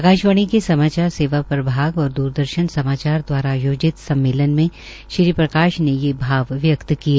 आकाशवाणी के समाचार सेवा प्रभाग और द्रदर्शन् द्वारा आयोजित सम्मेलन मे श्रीप्रकाश ने ये भाव व्यक्त किए